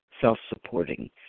self-supporting